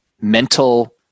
mental